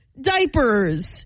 diapers